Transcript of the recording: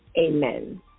Amen